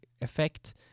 effect